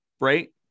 right